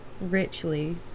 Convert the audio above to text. richly